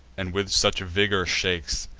and with such vigor shakes,